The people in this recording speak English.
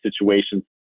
situations